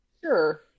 Sure